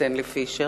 סטנלי פישר,